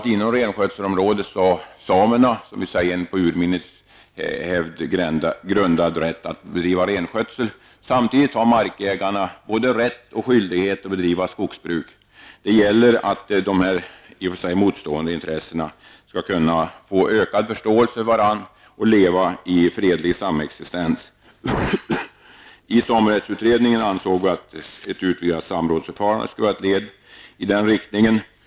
Inom renskötselområdet har samerna en på urminnes hävd grundad rätt att bedriva renskötsel. Samtidigt har markägarna både rätt och skyldighet att bedriva skogsbruk. Det gäller att dessa i och för sig motstående intressen skall kunna få ökad förståelse för varandra och leva i fredlig samexistens. I samerättsutredningen ansåg man att ett ytterligare samrådsförfarande skulle vara ett led i den riktningen.